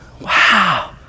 Wow